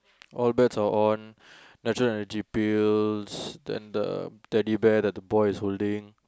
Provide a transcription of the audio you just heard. all bets are on natural energy pills then the Teddy Bear that the boy is holding